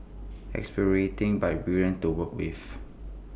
exasperating but brilliant to work with